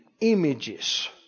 images